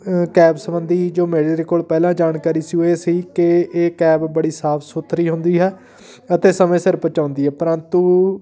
cab ਸੰਬੰਧੀ ਜੋ ਮੇਰੇ ਕੋਲ ਪਹਿਲਾਂ ਜਾਣਕਾਰੀ ਸੀ ਉਹ ਇਹ ਸੀ ਕਿ ਇਹ ਕੈਬ ਬੜੀ ਸਾਫ ਸੁਥਰੀ ਹੁੰਦੀ ਹੈ ਅਤੇ ਸਮੇਂ ਸਿਰ ਪਹੁੰਚਾਉਂਦੀ ਹੈ ਪਰੰਤੂ